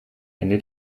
ende